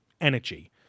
energy